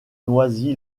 noisy